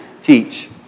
teach